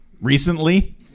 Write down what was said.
recently